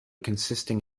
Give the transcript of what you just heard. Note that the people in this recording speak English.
consisting